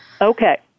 Okay